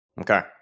Okay